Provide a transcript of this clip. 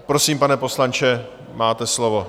Prosím, pane poslanče, máte slovo.